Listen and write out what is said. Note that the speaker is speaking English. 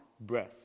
breath